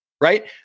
right